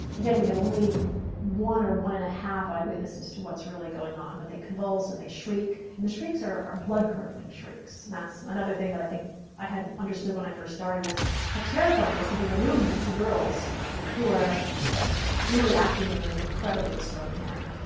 again, we have only one or one and a half eyewitnesses to what's really going on. but they convulse, and they shriek. and the shrieks are blood-curdling shrieks. and that's another thing that i think i hadn't understood when i first started is how terrifying it was to be in a room with two girls who are really acting in an incredibly disturbing manner.